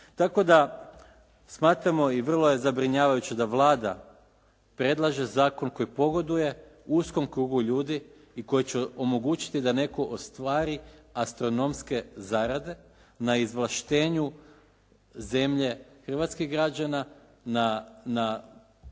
Tako da smatramo i vrlo je zabrinjavajuće da Vlada predlaže zakon koji pogoduje uskom krugu ljudi i koji će omogućiti da netko ostvari astronomske zarade na izvlaštenju zemlje hrvatskih građana na prisilnoj